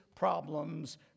Problems